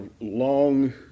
long